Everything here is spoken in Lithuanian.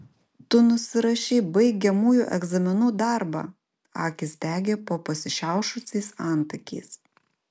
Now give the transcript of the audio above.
tu nusirašei baigiamųjų egzaminų darbą akys degė po pasišiaušusiais antakiais